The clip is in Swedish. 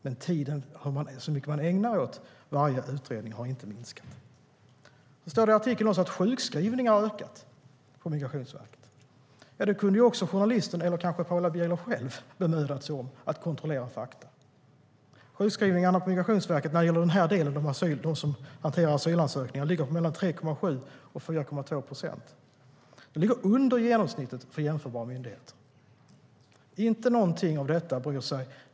Den tid man ägnar åt varje utredning har inte minskat.I artikeln står det också att sjukskrivningarna har ökat på Migrationsverket. Även där kunde journalisten eller kanske Paula Bieler själv ha bemödat sig om att kontrollera fakta. Sjukskrivningarna på Migrationsverket, när det gäller de som hanterar asylansökningar, ligger på mellan 3,7 och 4,2 procent. Det ligger under genomsnittet för jämförbara myndigheter.